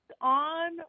on